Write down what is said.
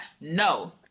no